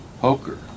poker